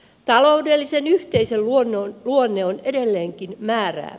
taloudellisen yhteisön luonne on edelleenkin määräävä